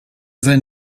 sein